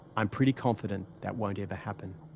i'm pretty confident that won't ever happen.